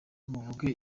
muvuge